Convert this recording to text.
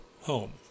home